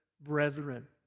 brethren